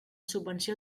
subvenció